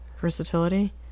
versatility